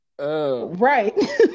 right